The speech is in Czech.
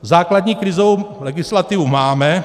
Základní krizovou legislativu máme.